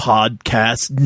Podcast